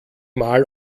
mal